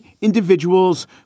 individuals